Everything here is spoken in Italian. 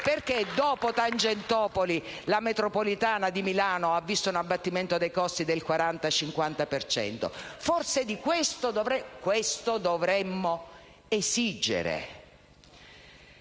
perché dopo Tangentopoli la metropolitana di Milano ha visto un abbattimento dei costi del 40-50 per cento? Forse dovremmo esigere